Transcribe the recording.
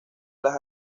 las